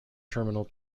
terminal